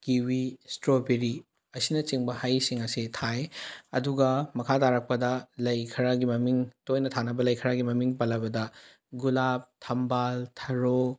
kiwi strawberry ꯑꯁꯤꯃꯆꯤꯡꯕ ꯍꯩꯁꯤꯡ ꯑꯁꯤ ꯊꯥꯏ ꯑꯗꯨꯒ ꯃꯈꯥ ꯇꯥꯔꯛꯄꯗ ꯂꯩ ꯈꯔꯒꯤ ꯃꯃꯤꯡ ꯇꯣꯏꯅ ꯊꯥꯅꯕ ꯂꯩ ꯈꯔꯒꯤ ꯃꯃꯤꯡ ꯄꯜꯂꯕꯗ ꯒꯨꯂꯥꯞ ꯊꯝꯕꯥꯜ ꯊꯔꯣ